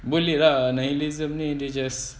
boleh lah nihilism ni dia just